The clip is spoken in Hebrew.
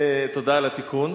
תודה על התיקון.